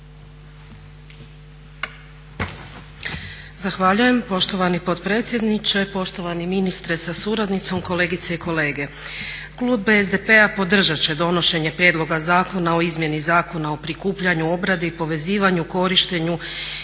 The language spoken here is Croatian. Zahvaljujem poštovani potpredsjedniče, poštovani ministre sa suradnicom, kolegice i kolege. Klub SDP-a podržati će donošenje Prijedloga zakona o Izmjeni zakona o prikupljanju, obradi, povezivanju, korištenju